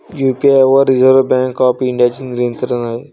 UPI वर reserve bank of इंडियाचे नियंत्रण आहे